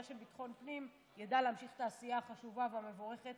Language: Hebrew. של ביטחון הפנים ידע להמשיך את העשייה החשובה והמבורכת